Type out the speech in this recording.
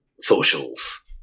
Socials